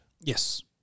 Yes